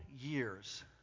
years